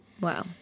Wow